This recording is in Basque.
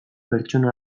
pertsona